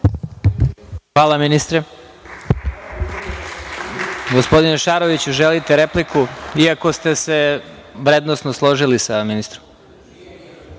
Hvala ministre. Gospodine Šaroviću, želite repliku? Iako ste se složili sa ministrom.